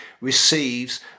receives